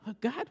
God